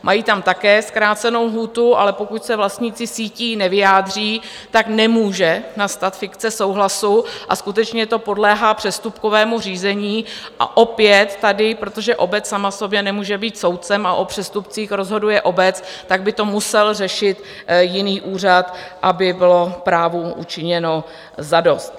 Mají tam také zkrácenou lhůtu, ale pokud se vlastníci sítí nevyjádří, nemůže nastat fikce souhlasu a skutečně to podléhá přestupkovému řízení, a opět tady, protože obec sama sobě nemůže být soudcem, a o přestupcích rozhoduje obec, tak by to musel řešit jiný úřad, aby bylo právu učiněno zadost.